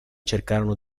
cercarono